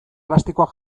plastikoak